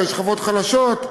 לשכבות חלשות.